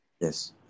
Yes